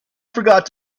forgot